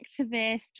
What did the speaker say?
activist